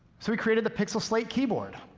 so we created the pixel slate keyboard,